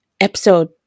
episode